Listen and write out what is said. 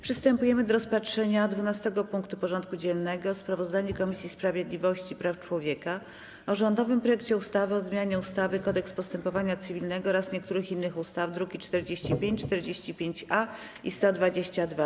Przystępujemy do rozpatrzenia punktu 12. porządku dziennego: Sprawozdanie Komisji Sprawiedliwości i Praw Człowieka o rządowym projekcie ustawy o zmianie ustawy Kodeks postępowania cywilnego oraz niektórych innych ustaw (druki nr 45, 45-A i 122)